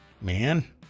man